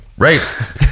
Right